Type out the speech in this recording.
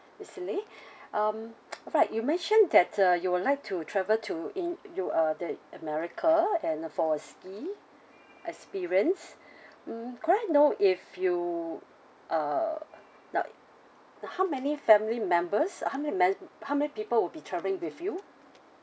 miss xin li um right you mentioned that uh you would like to travel to in you uh the america and uh for a ski experience hmm could I know if you uh now how many family members uh how many mem~ how many people will be travelling with you